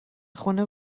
خونه